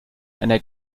einer